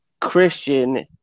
Christian